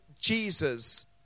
Jesus